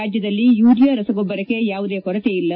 ರಾಜ್ಯದಲ್ಲಿ ಯೂರಿಯ ರಸಗೊಬ್ಬರಕ್ಕೆ ಯಾವುದೇ ಕೊರತೆ ಇಲ್ಲ